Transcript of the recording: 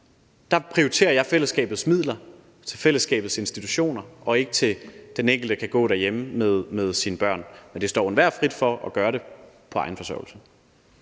jeg prioriterer fællesskabets midler til fællesskabets institutioner og ikke til, at den enkelte kan gå derhjemme med sine børn. Men det står jo enhver frit for at gøre det på egen forsørgelse.